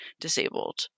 disabled